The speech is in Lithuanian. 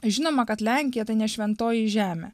žinoma kad lenkija tai ne šventoji žemė